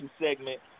segment